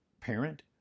parent